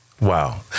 Wow